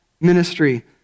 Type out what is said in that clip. ministry